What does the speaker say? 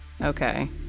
Okay